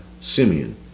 Simeon